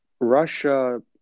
Russia